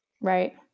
Right